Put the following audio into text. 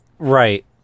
right